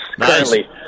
currently